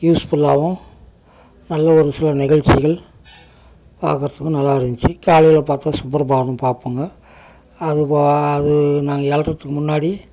யூஸ்ஃபுல்லாகவும் நல்ல ஒரு சில நிகழ்ச்சிகள் பார்க்கறதுக்கு நல்லா இருந்துச்சு காலைல பார்த்தா சுப்ரபாதம் பார்ப்போங்க அது போ அது நாங்கள் எழுறதுக்கு முன்னாடி